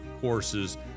courses